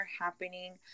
happening